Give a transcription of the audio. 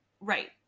Right